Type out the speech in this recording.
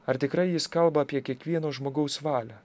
ar tikrai jis kalba apie kiekvieno žmogaus valią